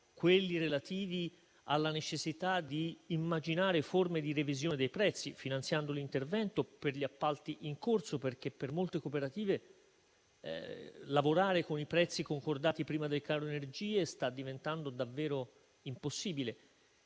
quelli relativi alla necessità di immaginare forme di revisione dei prezzi finanziando l'intervento per gli appalti in corso, perché per molte cooperative lavorare con i prezzi concordati prima del caro energia sta diventando davvero impossibile.